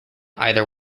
either